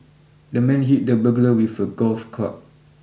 the man hit the burglar with a golf club